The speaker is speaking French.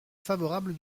favorable